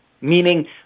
meaning